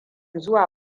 zuwa